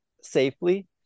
safely